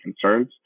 concerns